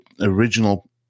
original